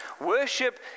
worship